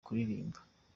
kuririmba